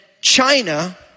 China